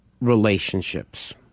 relationships